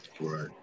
right